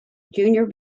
junior